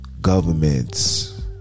Governments